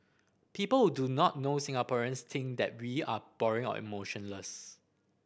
people who do not know Singaporeans think that we are boring or emotionless